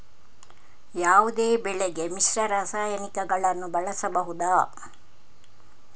ಯಾವುದೇ ಬೆಳೆಗೆ ಮಿಶ್ರ ರಾಸಾಯನಿಕಗಳನ್ನು ಬಳಸಬಹುದಾ?